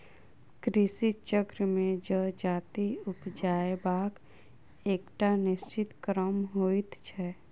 कृषि चक्र मे जजाति उपजयबाक एकटा निश्चित क्रम होइत छै